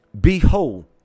Behold